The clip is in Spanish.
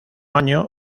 año